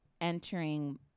entering